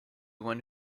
one